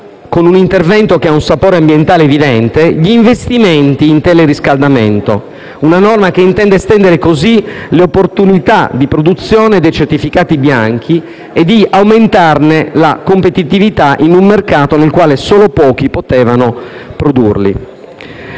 con un intervento dal sapore ambientale evidente, si incentivano gli investimenti in teleriscaldamento. Si tratta di una norma che intende estendere così le opportunità di produzione dei certificati bianchi e aumentarne la competitività in un mercato in cui solo pochi potevano produrli.